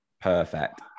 Perfect